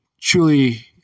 truly